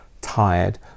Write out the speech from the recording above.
tired